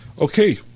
Okay